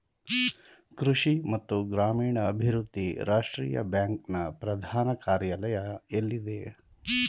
ಕೃಷಿ ಮತ್ತು ಗ್ರಾಮೀಣಾಭಿವೃದ್ಧಿ ರಾಷ್ಟ್ರೀಯ ಬ್ಯಾಂಕ್ ನ ಪ್ರಧಾನ ಕಾರ್ಯಾಲಯ ಎಲ್ಲಿದೆ?